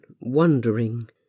wondering